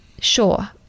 sure